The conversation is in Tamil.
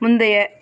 முந்தைய